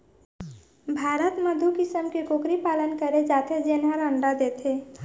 भारत म दू किसम के कुकरी पालन करे जाथे जेन हर अंडा देथे